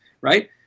Right